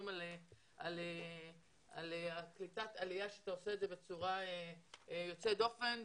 על קליטת עלייה שאתה עושה בצורה יוצאת דופן.